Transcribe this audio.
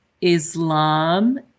Islam